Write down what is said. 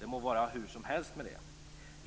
Det må vara hur som helst med det.